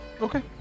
Okay